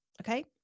okay